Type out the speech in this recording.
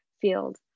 field